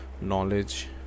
knowledge